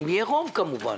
אם יהיה רוב כמובן,